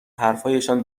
حرفهایشان